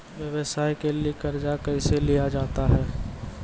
व्यवसाय के लिए कर्जा कैसे लिया जाता हैं?